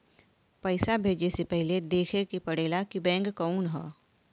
पइसा भेजे से पहिले देखे के पड़ेला कि बैंक कउन ह